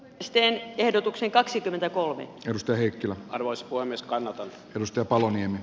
steen ehdotuksen kaksikymmentäkolme josta heikkilä voisi voimistua naton kyvystä paloniemi